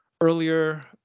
earlier